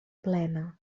plena